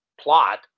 plot